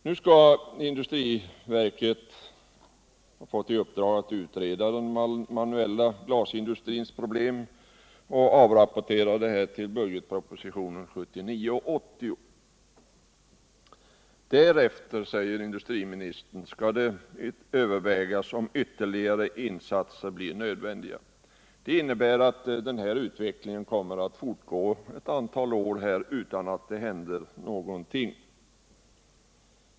Nu har industriverket fått i uppdrag att utreda den manuella glasindustrins problem och avrapportera sitt arbete till budgetpropositionen 1979/80. Därefter, säger industriministern, skall det övervägas om ytterligare insatser blir nödvändiga. Det innebär att den nuvarande utvecklingen kommer att fortgå ett antal år utan att det händer någonting.